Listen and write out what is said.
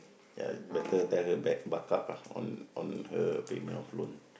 ya better tell her back buck-up lah on on her payment of loan